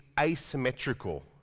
asymmetrical